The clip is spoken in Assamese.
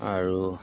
আৰু